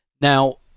Now